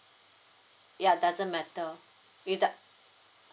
ya doesn't matter with that